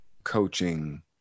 coaching